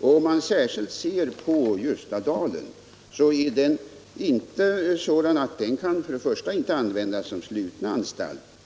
Om man särskilt ser på Ljustadalen så kan den anstalten inte användas som sluten anstalt.